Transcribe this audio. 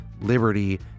liberty